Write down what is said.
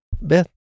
Beth